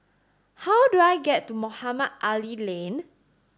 how do I get to Mohamed Ali Lane